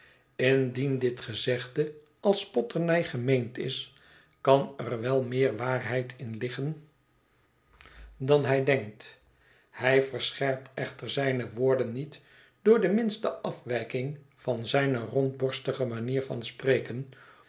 indien dit gezegde als spotternij gemeend is kan er wel meer waarheid in liggen dan hij eene zaak met lady dedloök mi denkt hij verscherpt echter zijne woorden niet door de minste afwijking van zijne rondborstige manier van spreken